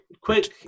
Quick